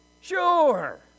sure